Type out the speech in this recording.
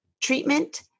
treatment